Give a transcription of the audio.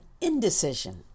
indecision